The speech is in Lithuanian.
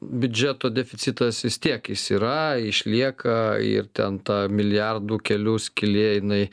biudžeto deficitas vis tiek jis yra išlieka ir ten ta milijardų kelių skylė jinai